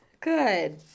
Good